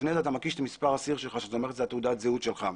ולפני כן אתה מקיש את המספר אסיר שלך שזאת תעודת הזהות שלך.